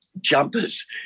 jumpers